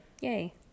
Yay